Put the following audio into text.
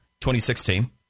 2016